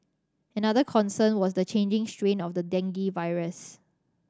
another concern was the changing strain of the dengue virus